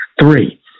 Three